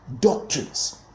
doctrines